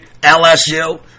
LSU